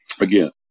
again